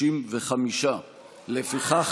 65. לפיכך,